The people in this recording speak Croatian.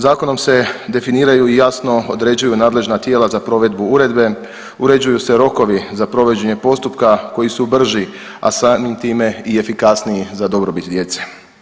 Zakonom se definiraju i jasno određuju nadležna tijela za provedbu uredbe, uređuju se rokovi za provođenje postupka koji su brži, a samim time i efikasniji za dobrobit djece.